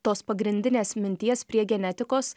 tos pagrindinės minties prie genetikos